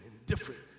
indifferent